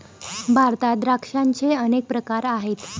भारतात द्राक्षांचे अनेक प्रकार आहेत